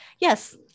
yes